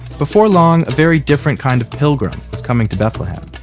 before long, a very different kind of pilgrim was coming to bethlehem.